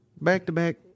Back-to-back